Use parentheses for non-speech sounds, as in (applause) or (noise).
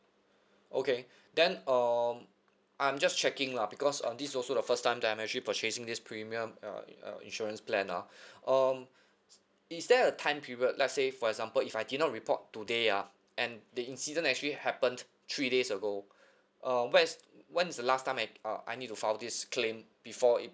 okay (breath) then um I'm just checking lah because uh this also the first time that I'm actually purchasing this premium uh uh insurance plan ah (breath) um (breath) is there a time period let's say for example if I did not report today ah and the incident actually happened three days ago (breath) uh what is when is the last time uh I need to file this claim before it